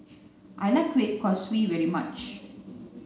I like Kueh Kaswi very much